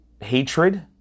hatred